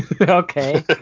Okay